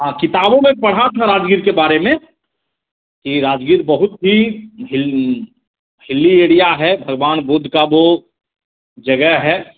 हाँ किताबों में पढ़ा था राजगीर के बारे में कि राजगीर बहुत ही हिल हिली एरिया है भगवान बुद्ध का वह जगह है